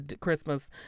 Christmas